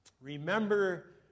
Remember